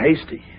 hasty